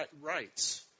rights